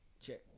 Check